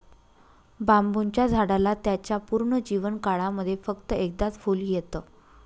बांबुच्या झाडाला त्याच्या पूर्ण जीवन काळामध्ये फक्त एकदाच फुल येत